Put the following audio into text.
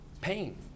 Pain